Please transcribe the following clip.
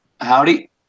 howdy